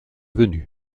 venu